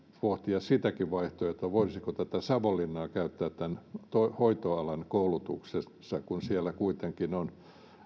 pohtia sitäkin vaihtoehtoa voisiko savonlinnaa käyttää hoitoalan koulutuksessa kun siellä kuitenkin on